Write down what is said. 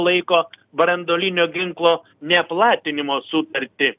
laiko branduolinio ginklo neplatinimo sutartį